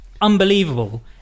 unbelievable